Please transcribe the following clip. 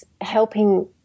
helping